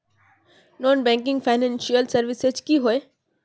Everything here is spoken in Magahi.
नॉन बैंकिंग फाइनेंशियल सर्विसेज की होय?